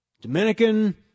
dominican